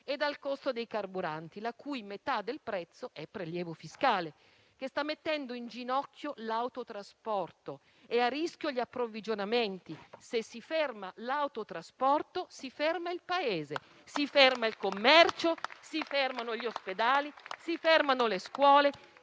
e dal costo dei carburanti, la cui metà del prezzo è prelievo fiscale, che sta mettendo in ginocchio l'autotrasporto e a rischio gli approvvigionamenti. Se si ferma l'autotrasporto, si ferma il Paese, si ferma il commercio, si fermano gli ospedali, si fermano le scuole: